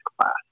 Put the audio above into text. class